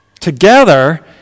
Together